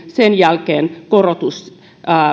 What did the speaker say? sen jälkeen myös korotus